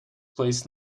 place